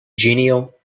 genial